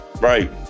Right